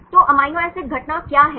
तो amino acid घटना क्या है